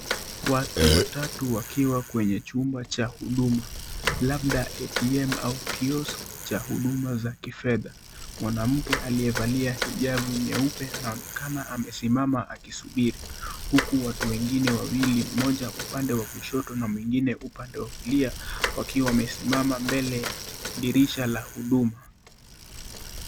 Watu watatu wakiwa kwenye jumba cha Huduma labda ATM au kiosk cha Huduma za kifedha. Mwanamke aliyevalia hijabu nyeupe anaonekana akiwa amesimama na akisubiri huku watu wengine wawili moja upande wa kushoto na mwengine upande wa kulia wakiwa wamesimama mbele ya dirisha la huduma.